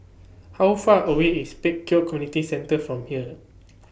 How Far away IS Pek Kio Community Centre from here